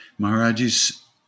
Maharaji's